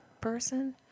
person